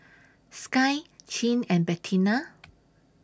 Skye Chin and Bettina